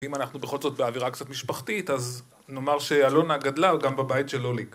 אם אנחנו בכל זאת באווירה קצת משפחתית, אז נאמר שאלונה גדלה גם בבית של לוליק.